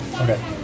Okay